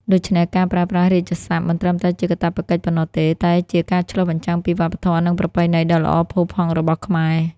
ដូច្នេះ ការប្រើប្រាស់រាជសព្ទមិនត្រឹមតែជាកាតព្វកិច្ចប៉ុណ្ណោះទេ តែជាការឆ្លុះបញ្ចាំងពីវប្បធម៌ និងប្រពៃណីដ៏ល្អផូរផង់របស់ខ្មែរ។